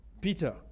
Peter